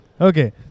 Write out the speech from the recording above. Okay